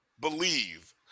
believe